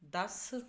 ਦੱਸ